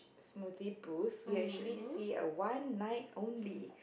smoothie booth we actually see a one night only